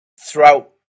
throughout